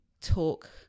talk